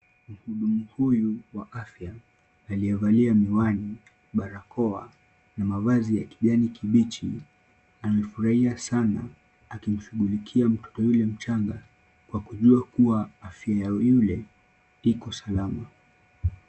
Mhudumu huyu wa afya aliyevalia miwani, barakoa na mavazi ya kijani kibichi amefurahia sana akimshughulikia mtoto yule mchanga kwa kujua kuwa afya ya yule iko salama.